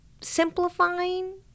simplifying